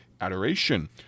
adoration